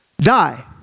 die